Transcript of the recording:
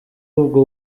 ubwo